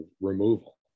removal